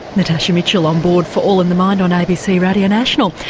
natasha mitchell on board for all in the mind on abc radio national.